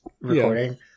recording